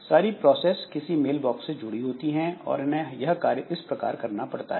सारी प्रोसेस किसी mail box से जुड़ी होती है और इन्हें यह कार्य इस प्रकार करना पड़ता है